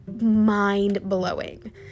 mind-blowing